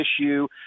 issue